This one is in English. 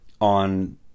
on